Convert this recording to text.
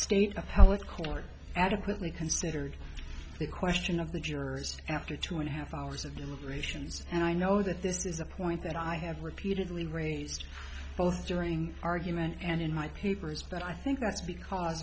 state of heloc court adequately considered the question of the jurors after two and a half hours of deliberations and i know that this is a point that i have repeatedly raised both during argument and in my papers but i think that's because